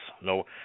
no